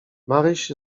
maryś